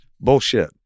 Bullshit